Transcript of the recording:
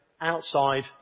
outside